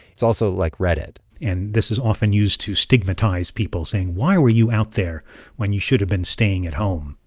it's also like reddit and this is often used to stigmatize people, saying why were you out there when you should have been staying at home?